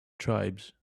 tribes